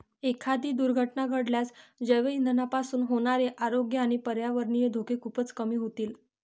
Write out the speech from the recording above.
एखादी दुर्घटना घडल्यास जैवइंधनापासून होणारे आरोग्य आणि पर्यावरणीय धोके खूपच कमी होतील